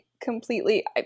completely